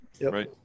right